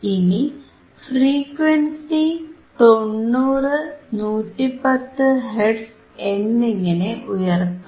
ഇനി frequency 90 110 hertz എന്നിങ്ങനെ ഉയർത്താം